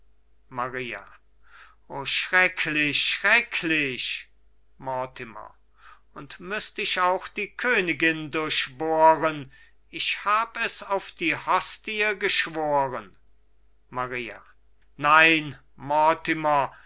maria o schrecklich schrecklich mortimer und müßt ich auch die königin durch bohren ich hab es auf die hostie geschworen maria nein